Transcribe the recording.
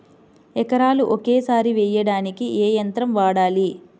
ఎకరాలు ఒకేసారి వేయడానికి ఏ యంత్రం వాడాలి?